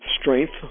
strength